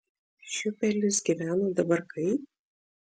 šiupelis gyvena dabar kaip